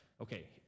Okay